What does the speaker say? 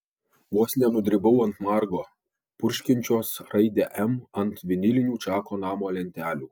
vos nenudribau ant margo purškiančios raidę m ant vinilinių čako namo lentelių